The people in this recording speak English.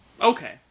Okay